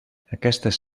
aquestes